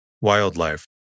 Wildlife